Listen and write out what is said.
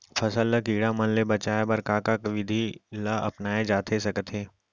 फसल ल कीड़ा मन ले बचाये बर का का विधि ल अपनाये जाथे सकथे?